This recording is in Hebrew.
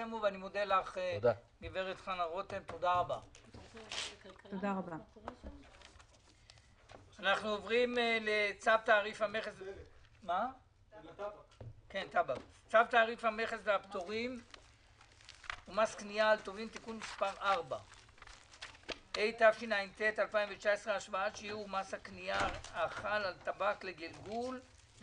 הישיבה ננעלה בשעה